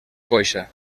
coixa